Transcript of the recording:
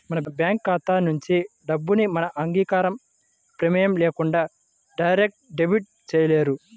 మన బ్యేంకు ఖాతా నుంచి డబ్బుని మన అంగీకారం, ప్రమేయం లేకుండా డైరెక్ట్ డెబిట్ చేయలేరు